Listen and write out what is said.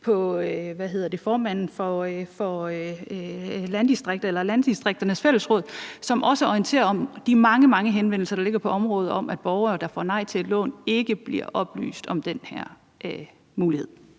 som formanden for Landdistrikternes Fællesråd også orienterer om, nemlig de mange, mange henvendelser, der ligger på området, om, at borgere, der får nej til et lån, ikke bliver oplyst om den her mulighed.